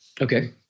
Okay